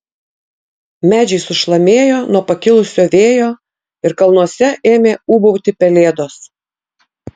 medžiai sušlamėjo nuo pakilusio vėjo ir kalnuose ėmė ūbauti pelėdos